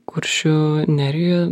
kuršių nerijoje